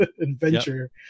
adventure